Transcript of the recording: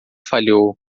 falhou